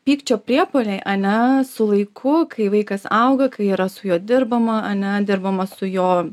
pykčio priepuoliai ane su laiku kai vaikas auga kai yra su juo dirbama ane dirbama su jo